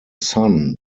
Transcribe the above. son